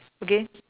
again